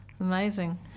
amazing